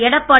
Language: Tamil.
எடப்பாடி